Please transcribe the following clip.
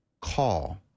call